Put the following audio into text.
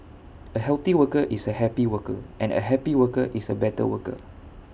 A healthy worker is A happy worker and A happy worker is A better worker